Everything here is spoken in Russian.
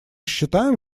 считаем